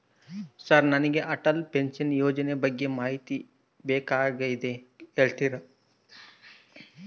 Sir ನನಗೆ Atal pension ಯೋಜನೆ ಬಗ್ಗೆ ಮಾಹಿತಿ ಬೇಕಾಗ್ಯದ ಹೇಳ್ತೇರಾ?